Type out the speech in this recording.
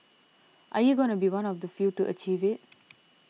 are you gonna be one of the few to achieve it